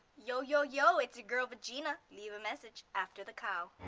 yo, yo, yo, it's your girl va-gina. leave a message after the cow.